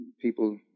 people